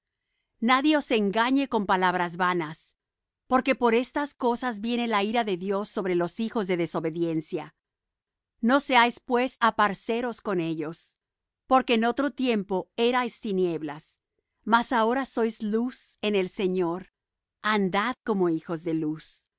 nadie os engañe con palabras vanas porque por estas cosas viene la ira de dios sobre los hijos de desobediencia no seáis pues aparceros con ellos porque en otro tiempo erais tinieblas mas ahora sois luz en el señor andad como hijos de luz